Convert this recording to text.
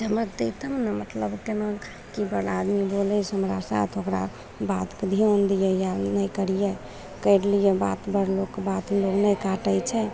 समझतै तब ने मतलब केना की बड़ा आदमी बोलय से हमरा साथ ओकरा बातके ध्यान दिए या नहि करियै करि लिय बात बड़ लोगके बात लोग नहि काटय छै